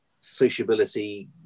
sociability